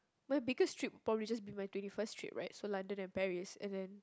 might because trip probably just been my twenty first trip right so London and Paris and then